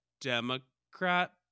democrat